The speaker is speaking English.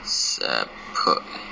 separa~